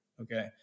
okay